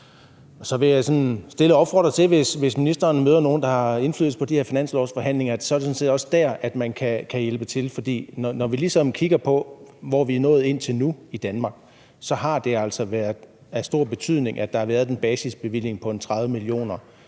tager med videre, hvis han møder nogle, der har indflydelse på de her finanslovsforhandlinger, at det sådan set også er der, man kan hjælpe til. For når vi ligesom kigger på, hvor vi er nået til nu i Danmark, så har det altså været af stor betydning, at der har været en basisbevilling på ca. 30 mio.